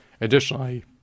Additionally